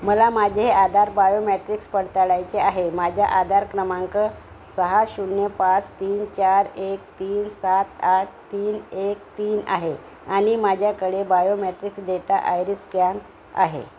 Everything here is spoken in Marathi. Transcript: मला माझे आधार बायोमॅट्रिक्स पडताळायचे आहे माझ्या आधार क्रमांक सहा शून्य पाच तीन चार एक तीन सात आठ तीन एक तीन आहे आणि माझ्याकडे बायोमॅट्रिक्स डेटा आयरी स्कॅन आहे